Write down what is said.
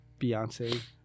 Beyonce